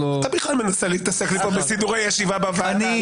אתה מנסה להתעסק לי פה בסידורי ישיבה בוועדה.